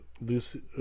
Lucy